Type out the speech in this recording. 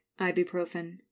Ibuprofen